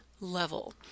level